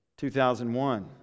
2001